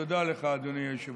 תודה לך, אדוני היושב-ראש.